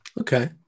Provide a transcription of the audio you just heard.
Okay